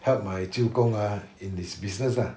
help my 舅公 ah in his business lah